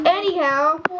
anyhow